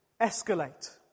escalate